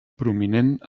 prominent